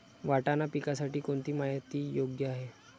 वाटाणा पिकासाठी कोणती माती योग्य आहे?